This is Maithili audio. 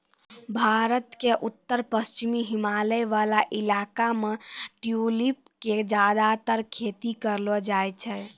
भारत के उत्तर पश्चिमी हिमालय वाला इलाका मॅ ट्यूलिप के ज्यादातर खेती करलो जाय छै